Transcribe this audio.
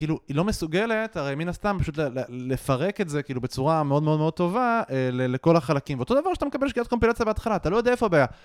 כאילו היא לא מסוגלת, הרי מן הסתם פשוט לפרק את זה כאילו בצורה מאוד מאוד מאוד טובה לכל החלקים, ואותו דבר כשאתה מקבל שגיאת קומפילציה בהתחלה, אתה לא יודע איפה הבעיה